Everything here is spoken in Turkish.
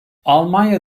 almanya